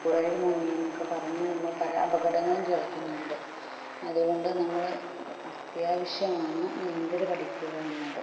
പുഴയിൽ മുങ്ങി എന്നൊക്കെ പറഞ്ഞ് നമ്മൾ പല അപകടങ്ങളും കേൾക്കുന്നുണ്ട് അതുകൊണ്ട് നമ്മൾ അത്യാവശ്യമാണ് നീന്തൽ പഠിക്കുക എന്നത്